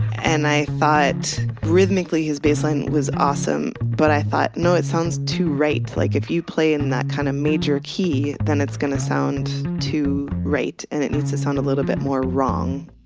and i thought rhythmically, his baseline was awesome, but i thought, no, it sounds too right. like if you play in that kind of major key, then it's going to sound too right, and it needs to sound a little bit more wrong